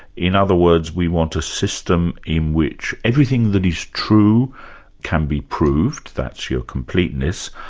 in other words, we want a system in which everything that is true can be proved, that's your completeness,